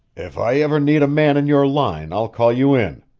if i ever need a man in your line, i'll call you in,